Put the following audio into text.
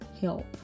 Help